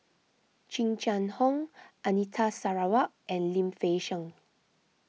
Jing Jun Hong Anita Sarawak and Lim Fei Shen